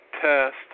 test